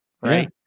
Right